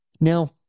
Now